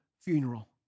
funeral